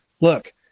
look